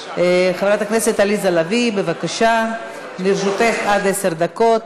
חברת הכנסת עליזה לביא, בבקשה, לרשותך עד עשר דקות